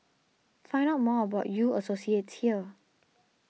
find out more about U Associates here